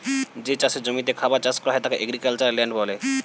যে চাষের জমিতে খাবার চাষ করা হয় তাকে এগ্রিক্যালচারাল ল্যান্ড বলে